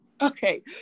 Okay